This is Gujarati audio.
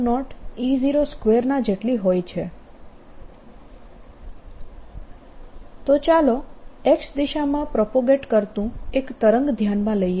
r ωt Time Average140B02140E02c2140E02 Energy Density in an EM Wave120E02 તો ચાલો X દિશામાં પ્રોપગેટ કરતું એક તરંગ ધ્યાનમાં લઈએ